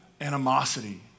animosity